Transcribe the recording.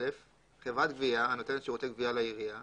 330יח. חברת גבייה הנותנת שירותי גבייה לעירייה,